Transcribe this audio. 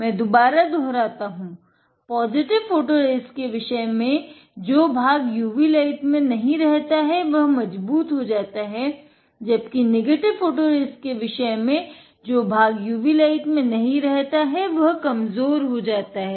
मै दुबारा दोहराता हूँ पोजिटिव फोटोरेसिस्ट के विषय में जो भाग UV प्रकाश में नही रहता है वह कमज़ोर हो जाता है